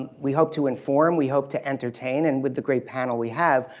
and we hope to inform, we hope to entertain, and with the great panel we have,